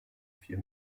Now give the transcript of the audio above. vier